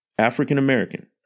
African-American